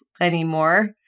anymore